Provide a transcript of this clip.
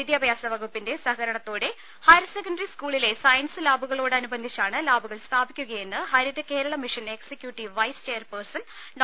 വിദ്യാഭ്യാസ വകുപ്പിന്റെ സഹകരണത്തോടെ ഹയർ സെക്കന്ററി സ്കൂളിലെ സയൻസ് ലാബുകളോടനുബന്ധിച്ചാണ് ലാബുകൾ സ്ഥാപിക്കുകയെന്ന് Haritha Kerala mission executive vice chairperson ഡോ